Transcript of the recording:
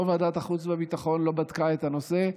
ועדת החוץ והביטחון לא בדקה את הנושא.